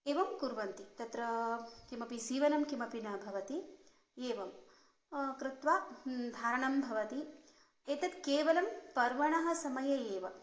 एवं कुर्वन्ति तत्र किमपि सीवनं किमपि न भवति एवं कृत्वा धारणं भवति एतत् केवलं पर्वणः समये एव